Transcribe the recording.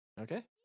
Okay